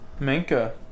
Minka